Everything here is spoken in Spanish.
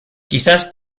quizás